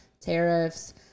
tariffs